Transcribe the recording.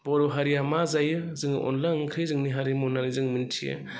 बर' हारिया मा जायो जोङो अनला ओंख्रि जोंनि हारिमु होननानै जों मोन्थियो